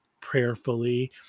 prayerfully